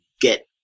get